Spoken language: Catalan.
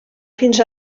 fins